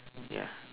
ya